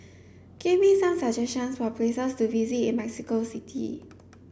give me some suggestions for places to visit in Mexico City